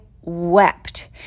wept